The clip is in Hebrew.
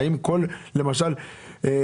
האם הכול מתורגם למשל לערבית?